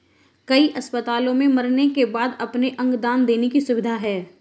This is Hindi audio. कई अस्पतालों में मरने के बाद अपने अंग दान देने की सुविधा है